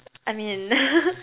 I mean